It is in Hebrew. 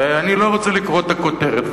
ואני לא רוצה לקרוא את הכותרת,